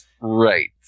Right